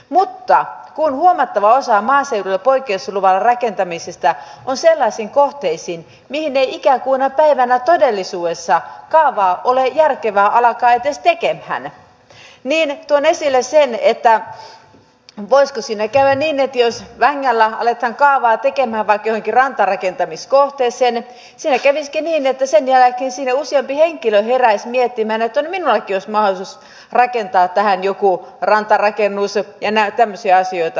mutta kun huomattava osa maaseudulla poikkeusluvalla rakentamisesta on sellaisissa kohteissa mihin ei ikinä kuuna päivänä todellisuudessa kaavaa ole järkevää alkaa edes tekemään niin tuon esille sen voisiko siinä käydä niin että jos vängällä aletaan kaavaa tekemään vaikka johonkin rantarakentamiskohteeseen sen jälkeen siinä useampi henkilö heräisi miettimään että minullakin olisi mahdollisuus rakentaa tähän joku rantarakennus ja tämmöisiä asioita